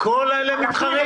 כל אלה מתחרים.